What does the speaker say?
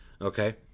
Okay